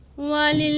one